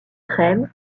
crème